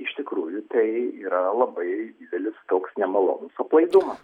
iš tikrųjų tai yra labai didelis toks nemalonus aplaiduma